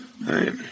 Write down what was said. right